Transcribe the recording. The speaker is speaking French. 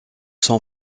son